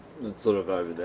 sort of over there.